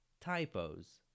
Typos